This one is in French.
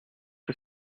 que